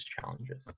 challenges